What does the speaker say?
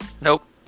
nope